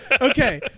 Okay